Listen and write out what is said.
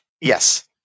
yes